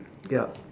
yup